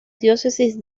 diócesis